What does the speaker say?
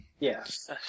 Yes